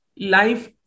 life